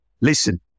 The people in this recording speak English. Listen